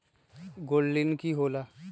Gold ऋण की होला?